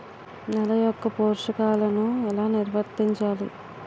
నెల యెక్క పోషకాలను ఎలా నిల్వర్తించాలి